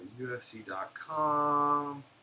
UFC.com